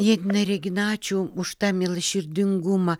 janina regina ačiū už tą mielaširdingumą